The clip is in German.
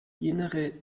innere